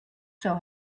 show